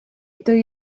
dwy